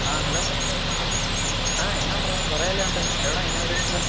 ആഹ് hello ആഹ് എന്നാ ഉണ്ടെടാ കുറേ ആയല്ലോ കണ്ടിട്ട് എവിടെ എന്നാ പരിപാടി ഇപ്പം